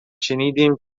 شنیدیم